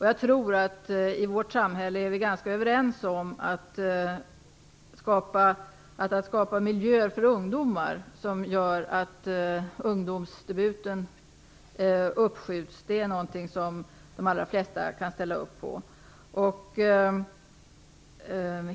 Jag tror att vi i vårt samhälle är ganska överens om att skapa miljöer för ungdomar som gör att alkoholdebuten uppskjuts. Det är någonting som de allra flesta kan ställa upp på.